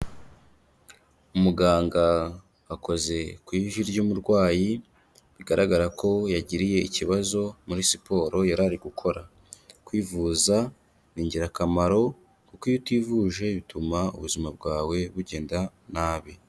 Umuganga akoze ku ivi ry'umurwayi bigaragara ko yagiriye ikibazo muri siporo yarari gukora, kwivuza ni ingirakamaro kuko iyo utivuje bituma ubuzima bwawe bugenda nabi.